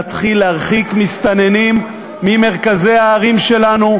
1. להתחיל להרחיק מסתננים ממרכזי הערים שלנו,